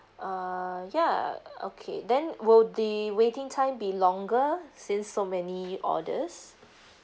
err ya okay then will the waiting time be longer since so many orders